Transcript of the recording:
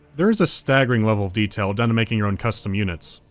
there is a staggering level of detail, down to making your own custom units.